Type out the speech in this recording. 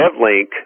DevLink